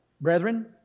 brethren